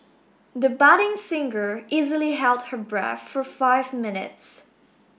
the budding singer easily held her breath for five minutes